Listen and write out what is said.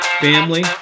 family